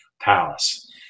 palace